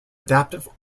adaptive